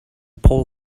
paul